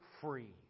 free